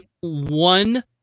one